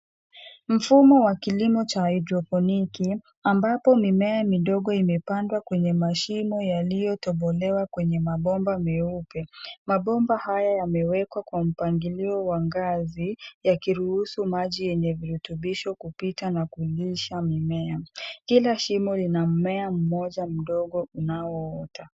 Mfumo wa kilimo cha hydoponiki, ambapo mimea midogo imepandwa kwenye mashimo yaliyotobolewa kwenye mabomba meupe. Mabomba haya yamewekwa kwa mpangilio wa ngazi, yakiruhusu maji yenye virurubisho kupita.